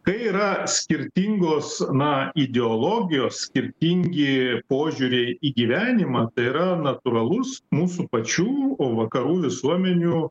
kai yra skirtingos na ideologijos skirtingi požiūriai į gyvenimą tai yra natūralus mūsų pačių vakarų visuomenių